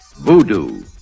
Voodoo